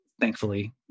thankfully